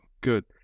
Good